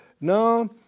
No